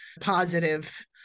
positive